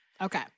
Okay